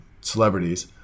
celebrities